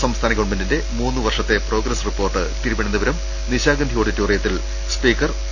സംസ്ഥാന ഗവൺമെന്റിന്റെ മൂന്ന് വർഷത്തെ പ്രോഗ്രസ് റിപ്പോർട്ട് തിരുവനന്തപുരം നിശാഗന്ധി ഓഡിറ്റോറിയത്തിൽ സ്പീക്കർ പി